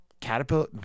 Caterpillar